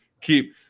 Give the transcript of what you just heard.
keep